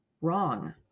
wrong